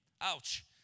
Ouch